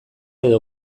edo